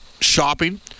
shopping